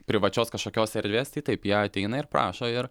privačios kažkokios erdvės tai taip jie ateina ir prašo ir